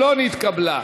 אם כן,